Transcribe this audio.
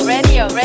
Radio